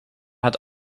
het